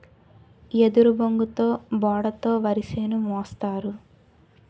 ఎదురుబొంగుతో బోడ తో వరిసేను మోస్తారు